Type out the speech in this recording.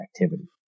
activity